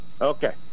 Okay